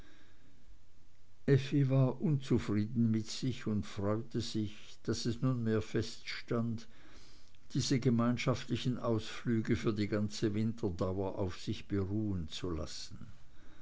war unzufrieden mit sich und freute sich daß es nunmehr feststand diese gemeinschaftlichen ausflüge für die ganze winterdauer auf sich beruhen zu lassen